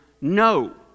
no